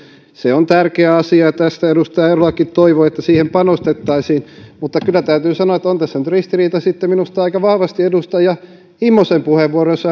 se on tärkeä asia ja tästä edustaja eerolakin toivoi että siihen panostettaisiin mutta kyllä täytyy sanoa että on tässä nyt ristiriita sitten minusta aika vahvasti edustaja immosen puheenvuoroissa